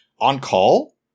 on-call